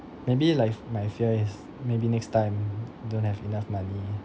maybe like f~ my fear is maybe next time don't have enough money